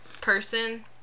person